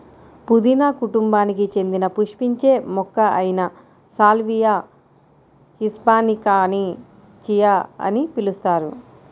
పుదీనా కుటుంబానికి చెందిన పుష్పించే మొక్క అయిన సాల్వియా హిస్పానికాని చియా అని పిలుస్తారు